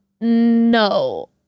No